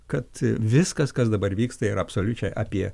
kad viskas kas dabar vyksta yra absoliučiai apie